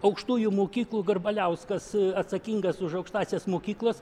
aukštųjų mokyklų garbaliauskas atsakingas už aukštąsias mokyklas